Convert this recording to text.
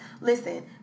Listen